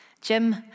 Jim